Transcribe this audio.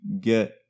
get